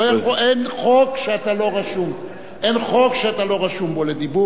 אין חוק שאתה לא רשום בו לדיבור.